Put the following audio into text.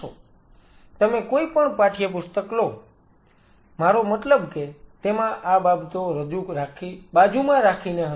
Refer Time 2351 તમે કોઈપણ પાઠ્યપુસ્તક લો મારો મતલબ કે તેમાં આ બાબતો બાજુમાં રાખીને હશે